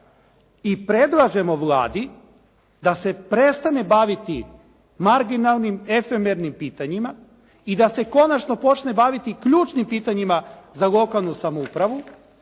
I predlažemo Vladi da se prestane baviti marginalnim efemernim pitanjima i da se konačno počne baviti ključnim pitanjima za lokalnu samoupravu